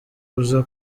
uza